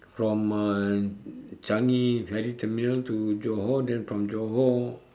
from uh changi ferry terminal to johor then from johor